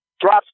drops